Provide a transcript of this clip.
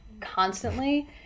constantly